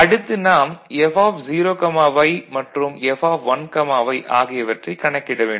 அடுத்து நாம் F0y மற்றும் F1y ஆகியவற்றைக் கணக்கிட வேண்டும்